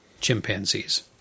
chimpanzees